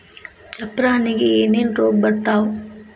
ಚಪ್ರ ಹಣ್ಣಿಗೆ ಏನೇನ್ ರೋಗ ಬರ್ತಾವ?